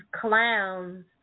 clowns